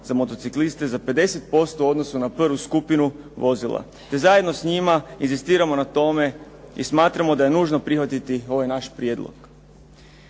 za motocikliste za 50% u odnosu na prvu skupinu vozila. Te zajedno s njima inzistiramo na tome i smatramo da je nužno prihvatiti ovaj naš prijedlog.